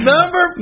Number